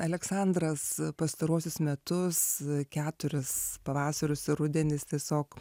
aleksandras pastaruosius metus keturis pavasarius ir rudenis tiesiog